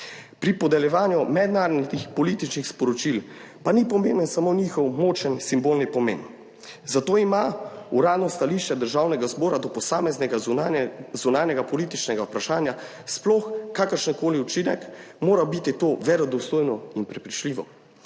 Pri podeljevanju mednarodnih političnih sporočil pa ni pomemben samo njihov močan simbolni pomen, zato ima uradno stališče Državnega zbora do posameznega zunanjega političnega vprašanja sploh kakršenkoli učinek, mora biti to verodostojno in prepričljivo,